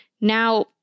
Now